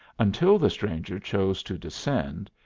until the stranger chose to descend,